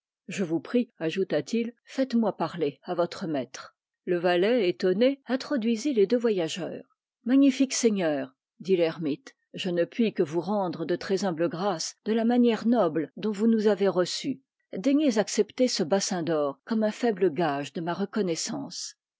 je vous prie ajouta-t-il faites-moi parler à votre maître le valet étonné introduisit les deux voyageurs magnifique seigneur dit l'ermite je ne puis que vous rendre de très humbles grâces de la manière noble dont vous nous avez reçus daignez accepter ce bassin d'or comme un faible gage de ma reconnaissance